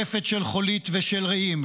רפת של חולית ושל רעים,